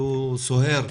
שהוא סוהר,